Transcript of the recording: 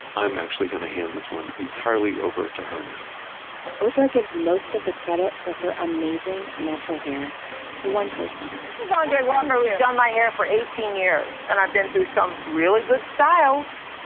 i'm actually going to hand this one entirely over to her now oprah gives most of the credit for her amazing natural hair to one person this is andre walker whose done my hair for eighteen years. and i've been through some really good styles